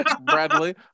Bradley